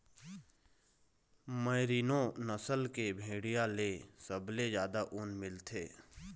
merino नसल के भेड़िया ले सबले जादा ऊन मिलथे